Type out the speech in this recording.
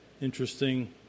interesting